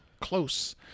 Close